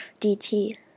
DT